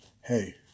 Hey